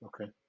Okay